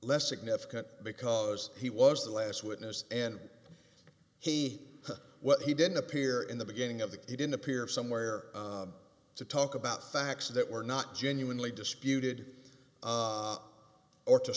less significant because he was the last witness and he well he didn't appear in the beginning of the he didn't appear somewhere to talk about facts that were not genuinely disputed or to